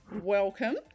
welcome